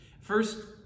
First